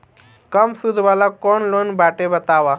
कम सूद वाला कौन लोन बाटे बताव?